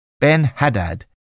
Ben-Hadad